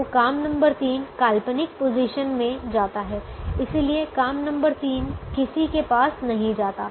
तो काम नंबर तीन काल्पनिक पोजीशन में जाता है इसलिए काम नंबर तीन किसी के पास नहीं जाता है